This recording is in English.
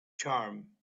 charm